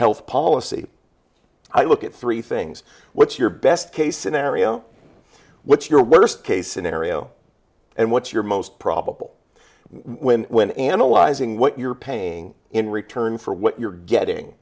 health policy i look at three things what's your best case scenario what's your worst case scenario and what's your most probable when when analyzing what you're paying in return for what you're getting